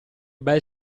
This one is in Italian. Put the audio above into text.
bel